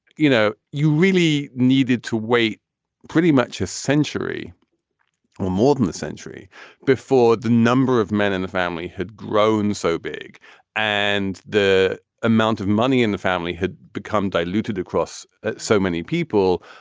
you know, you really needed to wait pretty much a century or more than the century before the number of men in the family had grown so big and the amount of money in the family had become diluted across so many people.